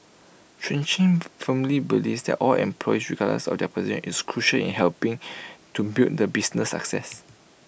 Chi chung firmly believes that all employees regardless of their position is crucial in helping to build the business success